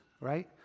right